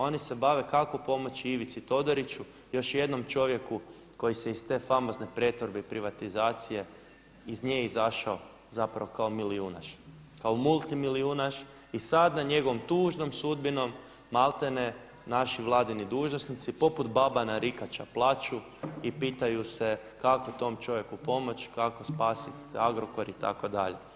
Oni se bave kako pomoći Ivici Todoriću još jednom čovjeku koji se iz te famozne pretvorbe i privatizacije iz nje izašao zapravo kao milijunaš, kao multimilijunaš i sada na njegovom tužnom sudbinom malte ne naši vladini dužnosnici poput baba narikača plaču i pitaju se kako tom čovjeku pomoći, kako spasiti Agrokor itd.